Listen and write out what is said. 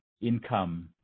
income